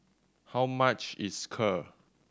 how much is Kheer